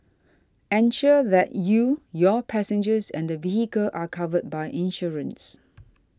ensure that you your passengers and the vehicle are covered by insurance